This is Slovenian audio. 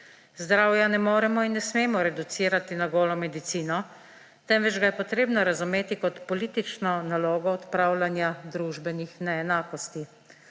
Zdravja ne moremo in ne smemo reducirati na golo medicino, temveč ga je potrebno razumeti kot politično nalogo odpravljanja družbenih neenakosti.